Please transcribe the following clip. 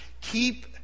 Keep